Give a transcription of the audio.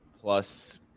plus